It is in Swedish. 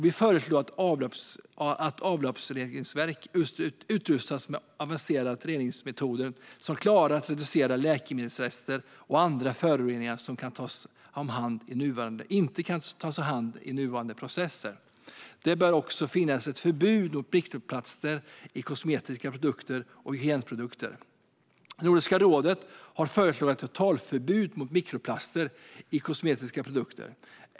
Vi föreslår att avloppsreningsverk utrustas med avancerade reningsmetoder, som klarar att reducera läkemedelsrester och andra föroreningar som inte kan tas om hand i nuvarande processer. Det bör också finnas ett förbud mot mikroplaster i kosmetiska produkter och hygienprodukter. Nordiska rådet har föreslagit ett totalförbud mot mikroplaster i kosmetiska produkter.